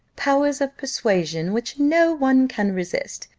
powers of persuasion, which no one can resist.